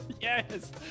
yes